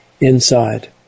inside